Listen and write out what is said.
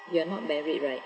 you're not married right